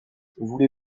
voulez